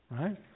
Right